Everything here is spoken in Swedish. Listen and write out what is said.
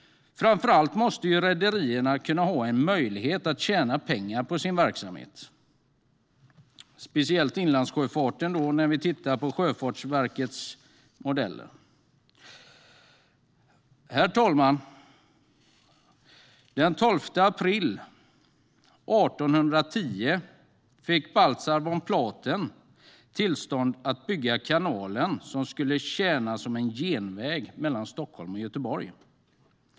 Framför allt måste rederierna ha en möjlighet att tjäna pengar på sin verksamhet. Det gäller speciellt inlandssjöfarten, som framgår av Sjöfartsverkets modeller. Herr talman! Den 12 april 1810 fick Baltzar von Platen tillstånd att bygga den kanal som skulle tjäna som en genväg mellan Stockholm och Göteborg.